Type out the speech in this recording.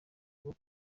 rwo